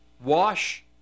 wash